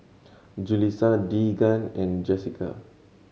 Julissa Deegan and Jessica